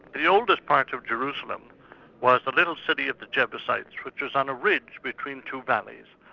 the oldest part of jerusalem was the little city of the jebusites, which was on a ridge between two valleys,